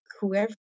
whoever